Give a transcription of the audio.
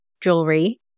Jewelry